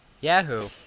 Yahoo